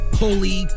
holy